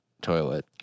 toilet